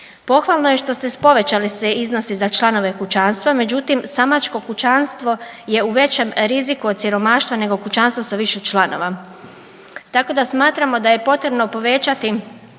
Pohvalno je što ste povećali iznos i za članove kućanstva, međutim samačko kućanstvo je u većem riziku od siromaštva nego kućanstvo sa više članova. Tako da smatramo da je potrebno povećati